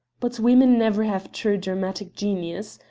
but women never have true dramatic genius.